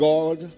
God